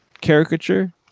caricature